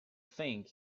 thing